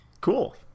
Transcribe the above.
cool